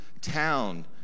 town